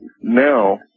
now